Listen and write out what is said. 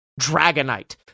Dragonite